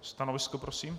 Stanovisko prosím.